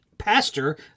pastor